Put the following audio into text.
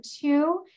two